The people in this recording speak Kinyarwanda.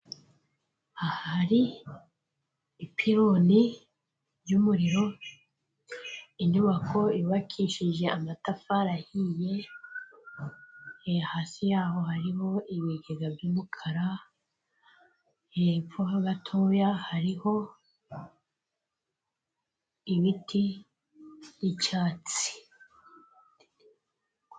Aha hari ipironi ry'umuriro, inyubako yubakishije amatafari ahiye, hasi yaho hariho ibigega by'umukara, hepfo ho gatoya hariho ibiti by'icyatsi.